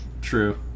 True